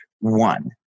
one